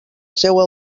seua